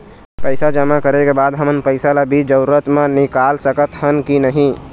पैसा जमा करे के बाद हमन पैसा ला बीच जरूरत मे निकाल सकत हन की नहीं?